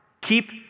Keep